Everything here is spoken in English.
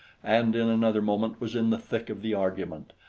and in another moment was in the thick of the argument.